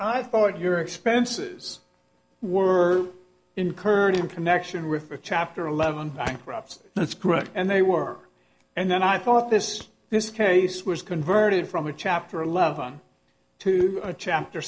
i thought your expenses were incurred in connection with a chapter eleven bankruptcy that's correct and they were and then i thought this this case was converted from a chapter eleven to a chapter